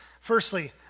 Firstly